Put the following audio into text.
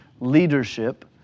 leadership